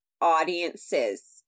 audiences